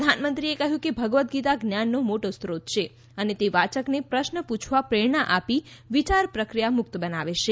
પ્રધાનમંત્રીએ કહ્યું કે ભગવદ્દગીતા જ્ઞાનનો મોટો સ્રોત છે અને તે વાયકને પ્રશ્ન પુછવા પ્રેરણા આપી વિચાર પ્રક્રિયા મુક્ત બનાવે છે